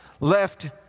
left